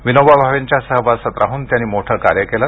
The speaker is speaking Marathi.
विनोबा भावेंच्या सहवासात राहून त्यांनी मोठे कार्य केले